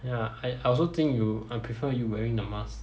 ya I I also think you I prefer you wearing the mask